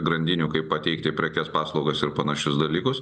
grandinių kaip pateikti prekes paslaugas ir panašius dalykus